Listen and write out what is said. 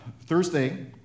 Thursday